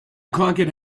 conquered